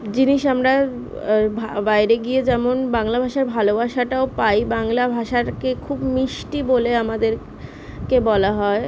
জিনিস আমরা ভা বাইরে গিয়ে যেমন বাংলা ভাষার ভালোবাসাটাও পাই বাংলা ভাষারকে খুব মিষ্টি বলে আমাদেরকে বলা হয়